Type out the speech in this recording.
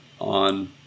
on